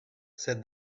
said